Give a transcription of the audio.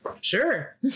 sure